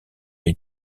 les